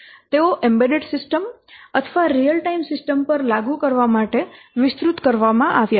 તેઓ embedded system અથવા real time system પર લાગુ કરવા માટે વિસ્તૃત કરવામાં આવ્યા છે